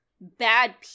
bad